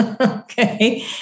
Okay